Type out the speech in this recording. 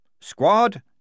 Squad